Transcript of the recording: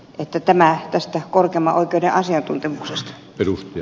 että tämä tästä korkeimman oikeuden asiantuntemuksesta